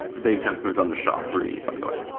they've since moved on to sha three, by the way.